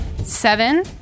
Seven